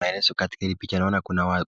maelezo katika hili picha naona